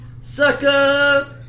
Sucker